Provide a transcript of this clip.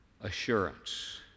assurance